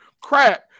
crap